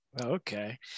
Okay